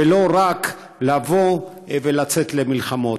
ולא רק לצאת למלחמות.